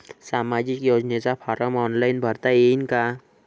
सामाजिक योजनेचा form online भरता येईन का?